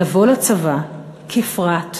לבוא לצבא כפרט,